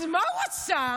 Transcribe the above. אז מה הוא עשה?